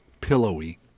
pillowy